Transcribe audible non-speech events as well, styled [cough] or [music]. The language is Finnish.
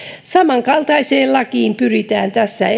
samankaltaiseen lakiin pyritään tässä [unintelligible]